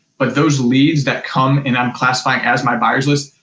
but those leads that come and i'm classifying as my buyers list,